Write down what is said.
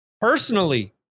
personally